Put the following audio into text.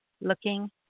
Looking